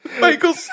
Michael